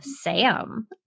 Sam